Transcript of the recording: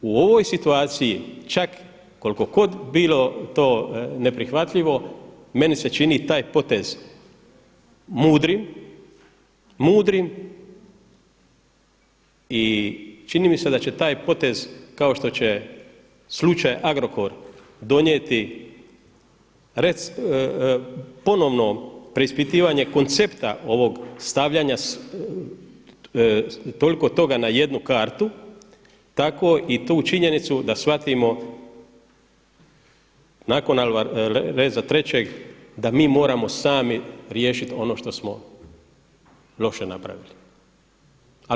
U ovoj situaciji čak koliko god bilo to neprihvatljivo meni se čini taj potez mudrim i čini mi se da će taj potez kao što će slučaj Agrokor donijeti ponovno preispitivanje koncepta ovog stavljanja toliko toga na jednu kartu tako i tu činjenicu da shvatimo nakon Alvareza III da mi moramo sami riješiti ono što smo loše napravili.